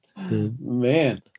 Man